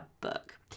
book